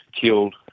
killed